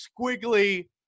squiggly